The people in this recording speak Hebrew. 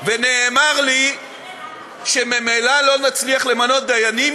ונאמר לי שממילא לא נצליח למנות דיינים,